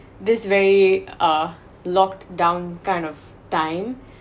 this very uh locked down kind of time